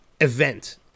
event